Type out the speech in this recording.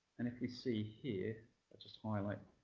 and if we see here, i'll just highlight,